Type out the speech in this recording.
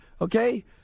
okay